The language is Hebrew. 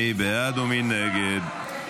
מי בעד ומי נגד?